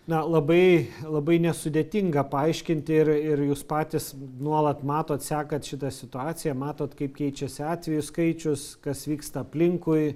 na labai labai nesudėtinga paaiškinti ir ir jūs patys nuolat matot sekat šitą situaciją matot kaip keičiasi atvejų skaičius kas vyksta aplinkui